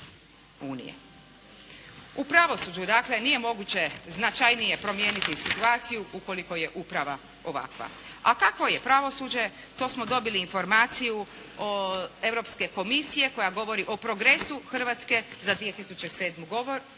U pravosuđu dakle nije moguće značajnije promijeniti situaciju ukoliko je uprava ovakva, a kakvo je pravosuđe to smo dobili informaciju Europske komisije koja govori o progresu Hrvatske za 2007. godinu